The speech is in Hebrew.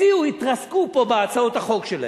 הציעו, התרסקו פה בהצעות החוק שלהם.